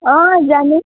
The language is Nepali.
जाने